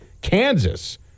Kansas